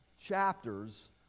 chapters